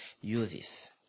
uses